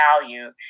value